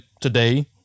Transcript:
today